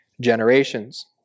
generations